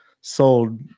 sold